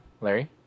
Larry